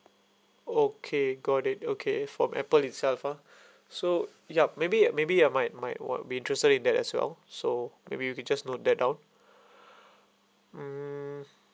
okay got it okay from apple itself ah so yup maybe maybe I might might want be interested in that as well so maybe you could just note that down mm